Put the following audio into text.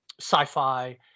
sci-fi